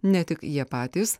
ne tik jie patys